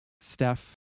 Steph